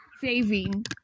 saving